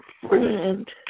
friend